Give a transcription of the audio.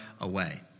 away